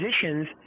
positions